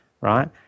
right